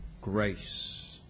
grace